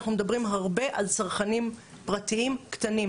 אנחנו מדברים הרבה על צרכנים פרטיים קטנים.